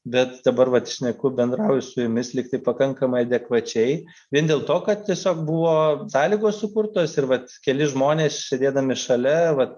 bet dabar vat šneku bendrauju su jumis lygtai pakankamai adekvačiai vien dėl to kad tiesiog buvo sąlygos sukurtos ir vat keli žmonės sėdėdami šalia vat